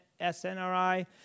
SNRI